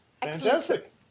Fantastic